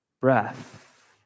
breath